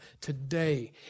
today